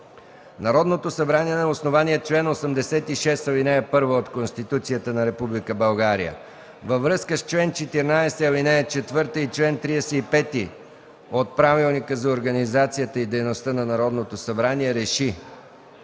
Народното събрание на основание чл. 86, ал. 1 от Конституцията на Република България, във връзка с чл. 14, ал. 4, и чл. 35 от Правилника за организацията и дейността на Народното събрание РЕШИ: